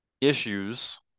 issues